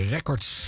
Records